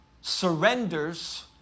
surrenders